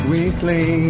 Weekly